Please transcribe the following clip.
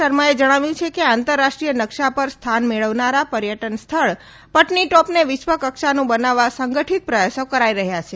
શર્માએ જણાવ્યું છે કે આંતરરાષ્ટ્રીય નકશા પર સ્થાન મેળવનારા પર્યટન સ્થળ પટનીટોપને વિશ્વ કક્ષાનું બનાવવા સંગઠિત પ્રયાસો કરાઈ રહ્યા છે